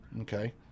Okay